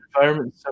environment